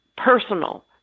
Personal